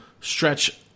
stretch